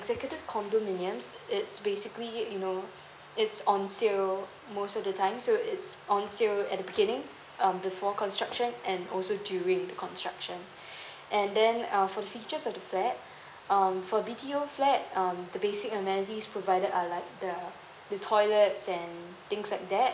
executive condominiums it's basically you know it's on sale most of the time so it's on sale at the beginning um before construction and also during the construction and then uh for the features of the flats um for B_T_O flat um the basic amenities provided uh like the the toilets and things like that